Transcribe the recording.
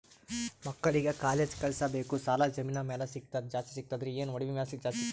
ಮಕ್ಕಳಿಗ ಕಾಲೇಜ್ ಕಳಸಬೇಕು, ಸಾಲ ಜಮೀನ ಮ್ಯಾಲ ಜಾಸ್ತಿ ಸಿಗ್ತದ್ರಿ, ಏನ ಒಡವಿ ಮ್ಯಾಲ ಜಾಸ್ತಿ ಸಿಗತದ?